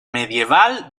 medieval